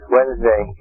Wednesday